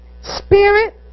Spirit